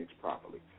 properly